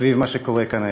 סביב מה שקורה כאן היום.